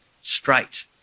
straight